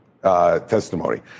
Testimony